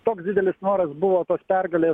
toks didelis noras buvo tos pergalės